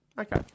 okay